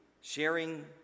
sharing